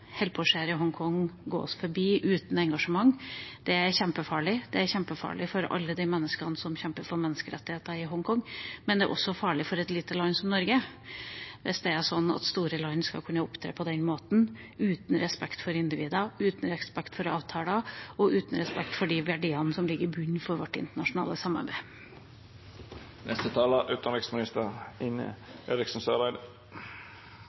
forbi uten engasjement. Det er kjempefarlig. Det er kjempefarlig for alle de menneskene som kjemper for menneskerettigheter i Hongkong, men det er også farlig for et lite land som Norge hvis det er sånn at store land skal kunne opptre på den måten, uten respekt for individer, uten respekt for avtaler og uten respekt for de verdiene som ligger i bunnen for vårt internasjonale